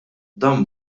dan